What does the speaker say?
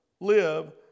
live